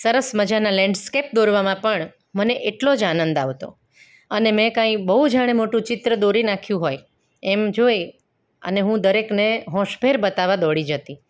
સરસ મજાનાં લેન્ડસ્કેપ દોરવામાં પણ મને એટલો જ આનંદ આવતો અને મેં કંઈ બહુ જાણે મોટું ચિત્ર દોરી નાખ્યું હોય એમ જોઈ અને હું દરેકને હોંશભેર બતાવવા દોડી જતી